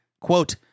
Quote